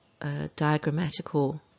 diagrammatical